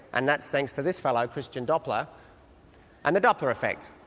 and that's thanks to this fellow, christian doppler and the doppler effect.